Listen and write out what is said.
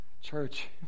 Church